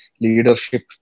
leadership